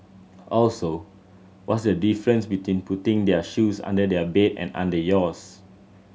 also what's the difference between putting their shoes under their bed and under yours